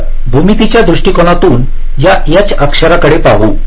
तर भूमितीच्या दृष्टीकोनातून या H आकारांकडे पाहू